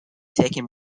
taken